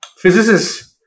physicists